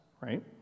right